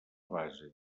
base